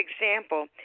example